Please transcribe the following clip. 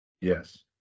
yes